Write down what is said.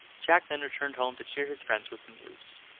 jack then returned home to cheer his friends with the news.